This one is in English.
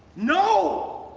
no!